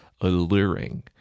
alluring